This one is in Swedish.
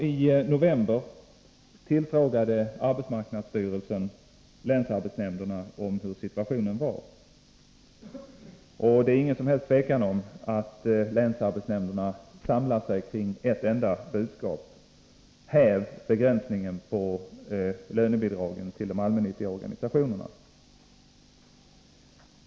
I november tillfrågade arbetsmarknadsstyrelsen länsarbetsnämnderna om hur situationen var. Det är inget som helst tvivel om att länsarbetsnämnderna samlar sig kring ett enda budskap: Häv begränsningen i fråga om lönebidragen till de allmännyttiga organisationerna!